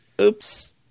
oops